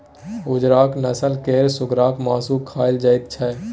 उजरका नस्ल केर सुगरक मासु खाएल जाइत छै